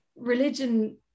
religion